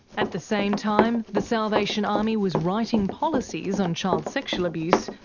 at the same time, the salvation army was writing policies on child sexual abuse,